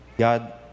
God